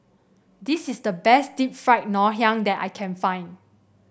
this is the best Deep Fried Ngoh Hiang that I can find